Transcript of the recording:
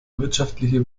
wirtschaftliche